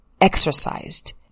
exercised